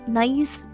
nice